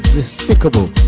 despicable